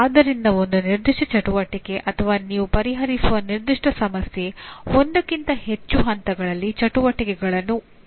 ಆದ್ದರಿಂದ ಒಂದು ನಿರ್ದಿಷ್ಟ ಚಟುವಟಿಕೆ ಅಥವಾ ನೀವು ಪರಿಹರಿಸುವ ನಿರ್ದಿಷ್ಟ ಸಮಸ್ಯೆ ಒಂದಕ್ಕಿಂತ ಹೆಚ್ಚು ಹಂತಗಳಲ್ಲಿ ಚಟುವಟಿಕೆಗಳನ್ನು ಒಳಗೊಂಡಿರಬಹುದು